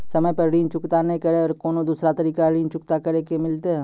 समय पर ऋण चुकता नै करे पर कोनो दूसरा तरीका ऋण चुकता करे के मिलतै?